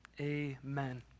Amen